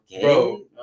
Bro